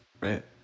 right